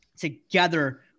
together